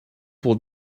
pour